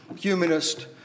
humanist